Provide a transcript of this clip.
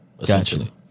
essentially